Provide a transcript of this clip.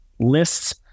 lists